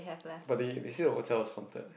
but they they say the hotel is haunted eh